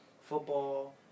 Football